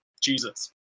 Jesus